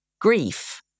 grief